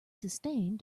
sustained